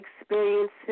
experiences